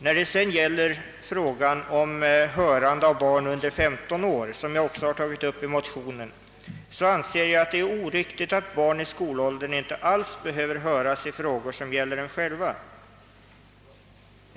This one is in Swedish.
När det sedan gäller frågan om hörandet av barn under 15 år, anser jag att det är oriktigt att barn i skolåldern inte alls skall höras i frågor gällande dem själva.